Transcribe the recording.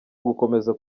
ugukomeza